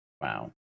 Wow